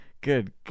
good